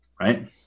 right